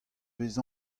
bez